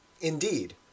Indeed